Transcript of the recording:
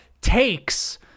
takes